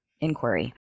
inquiry